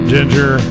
Ginger